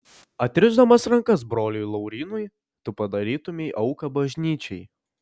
atrišdamas rankas broliui laurynui tu padarytumei auką bažnyčiai